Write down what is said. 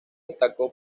destacó